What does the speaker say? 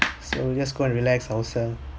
so we just go and relax ourselves